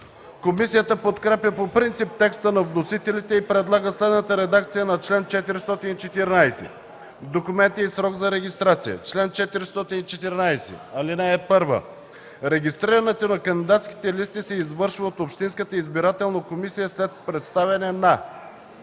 Комисията подкрепя по принцип текста на вносителите и предлага следната редакция на чл. 414: „Документи и срок за регистрация Чл. 414. (1) Регистрирането на кандидатските листи се извършва от общинската избирателна комисия след представяне на: